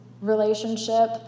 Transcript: Relationship